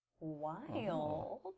wild